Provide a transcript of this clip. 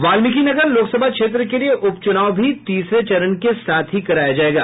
वाल्मीकिनगर लोकसभा क्षेत्र के लिए उपचुनाव भी तीसरे चरण के साथ ही कराया जायेगा